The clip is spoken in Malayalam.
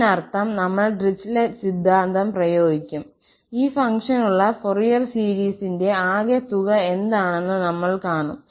അതിനർത്ഥം നമ്മൾ ഡിറിച്ലെറ്റ് സിദ്ധാന്തം പ്രയോഗിക്കും ഈ ഫംഗ്ഷനുള്ള ഫൊറിയർ സീരീസിന്റെ ആകെ തുക എന്താണെന്ന് നമ്മൾ കാണും